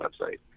website